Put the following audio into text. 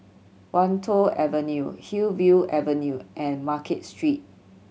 Wan Tho Avenue Hillview Avenue and Market Street